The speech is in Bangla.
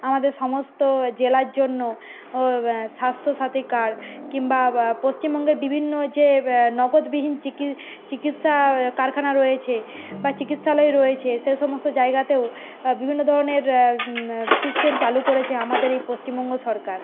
আমাদের সমস্ত জেলার জন্য ও স্বাস্থ্যসাথী কার্ড কিংবা বা পশ্চিমবঙ্গের বিভিন্ন যে নগদবিহীন চিকিৎসা কারখানা রয়েছে বা চিকিৎসালয় রয়েছে সেই সমস্ত জায়গাতেও বিভিন্ন ধরনের সিস্টেম চালু করেছে আমাদের এই পশ্চিমবঙ্গ সরকার